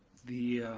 the